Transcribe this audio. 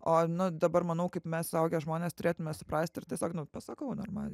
o nu dabar manau kaip mes suaugę žmonės turėtume suprasti ir tiesiog nu pasakau normaliai